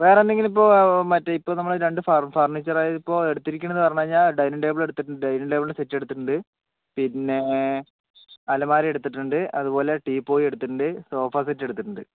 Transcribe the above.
വേറെ എന്തെങ്കിലും ഇപ്പോൾ മറ്റെ ഇപ്പോൾ നമ്മൾ രണ്ട് ഫർണിച്ചർ ഇപ്പോൾ എടുത്തിരിക്കണത് എന്ന് പറഞ്ഞ് കഴിഞ്ഞാൽ ഡൈനിങ്ങ് ടേബിൾ എടുത്തിട്ടുണ്ട് ഡൈനിങ്ങ് ടേബിളിൻ്റെ സെറ്റ് എടുത്തിട്ടുണ്ട് പിന്നെ അലമാര എടുത്തിട്ടുണ്ട് അതുപോലെ ടീപ്പോയ് എടുത്തിട്ടുണ്ട് സോഫ സെറ്റ് എടുത്തിട്ടുണ്ട്